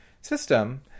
system